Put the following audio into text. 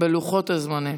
צריך לעמוד בלוחות הזמנים,